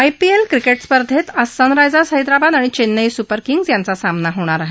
IPL cricket स्पर्धेत आज Sunrisers Hyderabad आणि चेन्नई सुपर किंग्ज यांचा सामना होणार आहे